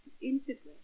integrate